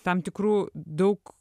tam tikrų daug